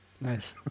nice